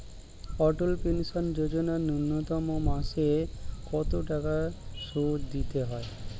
অটল pension Yojana ন্যূনতম মাসে কত টাকা সুধ দিতে হয়?